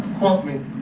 quote me!